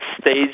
stage